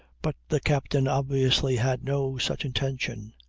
but the captain obviously had no such intention.